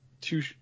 two